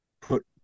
put